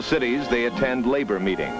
the cities they attend labor meeting